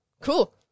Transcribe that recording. cool